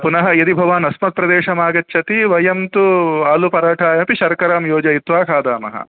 पुनः यदि भवान् अस्मद् प्रदेशमागच्छति वयं तु आलुपराठाय अपि शर्करां योजयित्वा खादामः